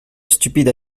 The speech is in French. stupide